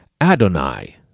Adonai